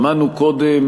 שמענו קודם